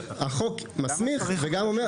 בסופו של דבר,